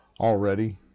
already